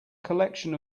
collection